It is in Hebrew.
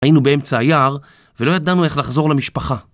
היינו באמצע היער, ולא ידענו איך לחזור למשפחה.